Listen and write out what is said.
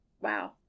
Wow